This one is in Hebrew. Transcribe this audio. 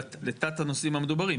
לתת הנושאים המדוברים.